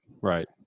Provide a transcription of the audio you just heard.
right